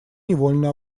невольно